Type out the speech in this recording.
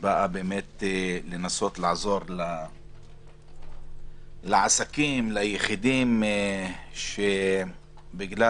שבאה לנסות לעזור לעסקים וליחידים שבגלל